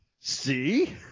See